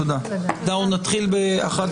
הישיבה ננעלה בשעה